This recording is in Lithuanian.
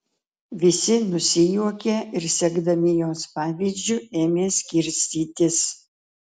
visi nusijuokė ir sekdami jos pavyzdžiu ėmė skirstytis